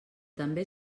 també